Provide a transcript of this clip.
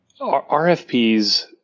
RFPs